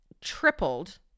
tripled